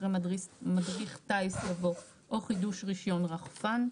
אחרי "מדריך טיס" יבוא "או חידוש רישיון רחפן".